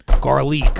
garlic